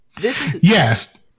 yes